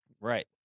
Right